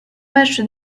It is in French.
match